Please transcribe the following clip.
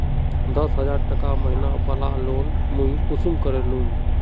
दस हजार टका महीना बला लोन मुई कुंसम करे लूम?